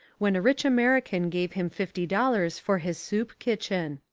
when a rich american gave him fifty dollars for his soup kitchen.